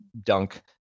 dunk